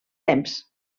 temps